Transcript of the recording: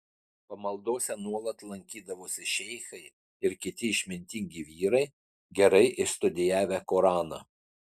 pamaldose nuolat lankydavosi šeichai ir kiti išmintingi vyrai gerai išstudijavę koraną